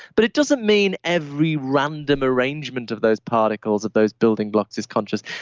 but it doesn't mean every random arrangement of those particles of those building blocks is conscious.